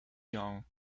young